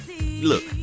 Look